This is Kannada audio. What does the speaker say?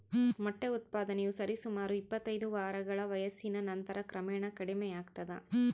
ಮೊಟ್ಟೆ ಉತ್ಪಾದನೆಯು ಸರಿಸುಮಾರು ಇಪ್ಪತ್ತೈದು ವಾರಗಳ ವಯಸ್ಸಿನ ನಂತರ ಕ್ರಮೇಣ ಕಡಿಮೆಯಾಗ್ತದ